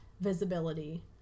visibility